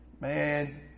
Man